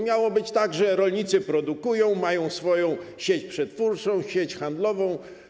Miało być tak, że rolnicy produkują, mają swoją sieć przetwórczą, sieć handlową.